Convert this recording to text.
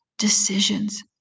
decisions